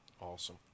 awesome